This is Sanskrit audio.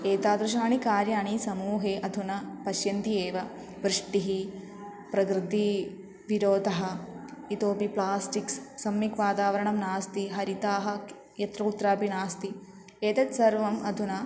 एतादृशाणि कार्याणि समूहे अधुना पश्यन्ति एव वृष्टिः प्रकृतिविरोधः इतोपि प्लास्टिक्स् सम्यक् वातावरणं नास्ति हरिताः क् यत्र कुत्रापि नास्ति एतत् सर्वम् अधुना